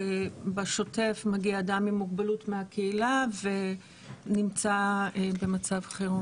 בשוטף כאשר מגיע אדם עם מוגבלות מהקהילה ונמצא במצב חירום.